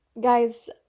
guys